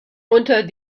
unter